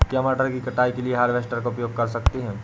क्या मटर की कटाई के लिए हार्वेस्टर का उपयोग कर सकते हैं?